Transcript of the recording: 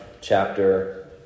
chapter